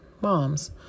moms